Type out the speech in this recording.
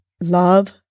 love